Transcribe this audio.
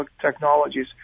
technologies